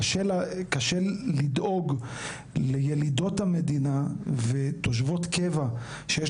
קשה לדאוג לילידות המדינה ותושבות קבע שיש